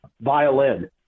violin